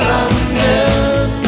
London